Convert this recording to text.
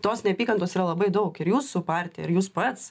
tos neapykantos yra labai daug ir jūsų partija ir jūs pats